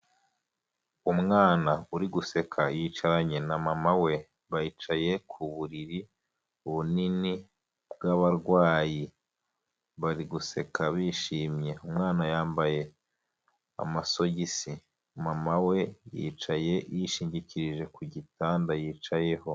Umwana uri guseka yicaranye na mama we, bicaye ku buriri bunini bw'abarwayi bari guseka bishimye, umwana yambaye amasogisi, mama we yicaye yishingikirije ku gitanda yicayeho.